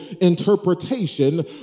interpretation